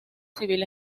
civil